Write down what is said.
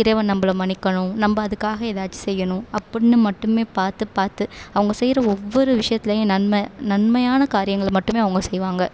இறைவன் நம்மள மன்னிக்கணும் நம்ம அதுக்காக ஏதாச்சி செய்யணும் அப்படின்னு மட்டும் பார்த்து பார்த்து அவங்க செய்கிற ஒவ்வொரு விஷயத்துலேயும் நன்மை நன்மையான காரியங்களை மட்டும் அவங்க செய்வாங்க